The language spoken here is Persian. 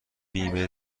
بیمه